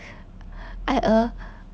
ai er